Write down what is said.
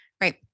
Right